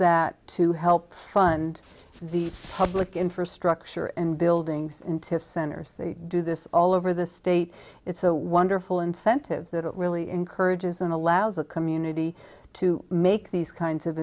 that to help fund the public infrastructure and buildings and to centers they do this all over the state it's a wonderful incentive that it really encourages and allows the community to make these kinds of